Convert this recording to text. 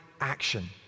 action